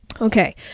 okay